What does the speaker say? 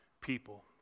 people